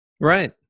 right